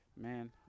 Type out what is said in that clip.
Man